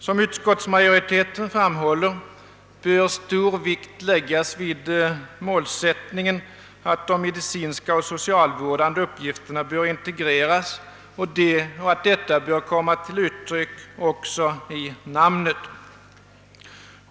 Som utskottsmajoriteten framhåller bör stor vikt läggas vid målsättningen att de medicinska och socialvårdande uppgifterna bör integreras och att detta bör komma till uttryck också i namnet.